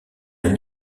une